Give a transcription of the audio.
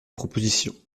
proposition